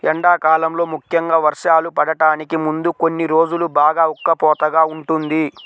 ఎండాకాలంలో ముఖ్యంగా వర్షాలు పడటానికి ముందు కొన్ని రోజులు బాగా ఉక్కపోతగా ఉంటుంది